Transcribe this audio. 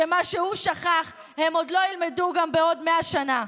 שמה שהוא שכח הם עוד לא ילמדו גם בעוד מאה שנה.